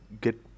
get